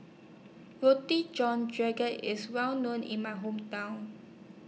Roti John IS Well known in My Hometown